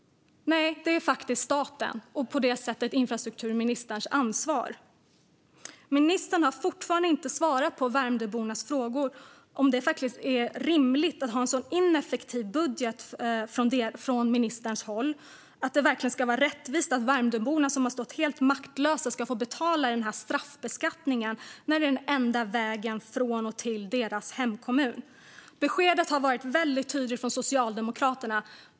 Nej, det är faktiskt staten, och på det sättet är det infrastrukturministerns ansvar. Ministern har fortfarande inte svarat på Värmdöbornas frågor. Är det rimligt att ha en sådan ineffektiv budget från ministerns håll? Är det verkligen rättvist att Värmdöborna, som har stått helt maktlösa, ska få betala med den här straffbeskattningen när detta är den enda vägen från och till deras hemkommun? Beskedet har varit väldigt tydligt från Socialdemokraterna.